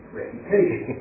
reputation